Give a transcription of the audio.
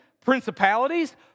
principalities